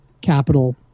capital